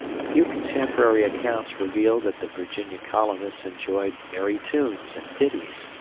a few contemporary accounts reveal that the virginia colonists enjoyed merry tunes and ditties,